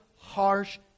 harsh